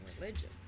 religion